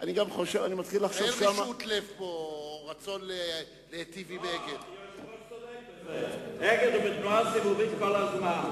אין רשעות או רצון להיטיב עם "אגד" "אגד" הוא בתנועה סיבובית כל הזמן.